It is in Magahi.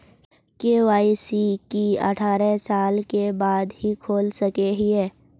के.वाई.सी की अठारह साल के बाद ही खोल सके हिये?